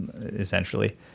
essentially